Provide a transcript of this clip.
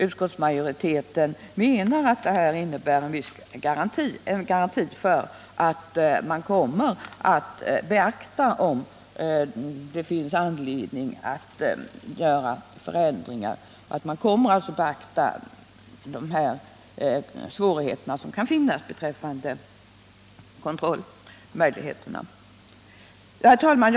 Utskottsmajoriteten menar att det innebär en garanti för att man kommer att beakta de svårigheter som kan finnas och också göra förändringar, om det finns anledning till det. Herr talman!